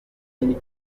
ati